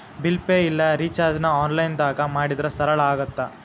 bill pay ಇಲ್ಲಾ ರಿಚಾರ್ಜ್ನ ಆನ್ಲೈನ್ದಾಗ ಮಾಡಿದ್ರ ಸರಳ ಆಗತ್ತ